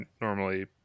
normally